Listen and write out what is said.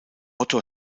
otto